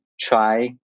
try